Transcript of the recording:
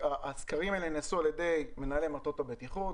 הסקרים האלה נעשו על ידי מנהלי מטות הבטיחות,